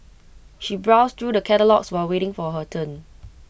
she browsed through the catalogues while waiting for her turn